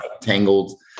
tangled